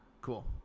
cool